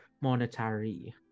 monetary